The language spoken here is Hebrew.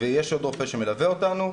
ויש עוד רופא שמלווה אותנו,